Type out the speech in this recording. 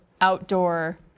outdoor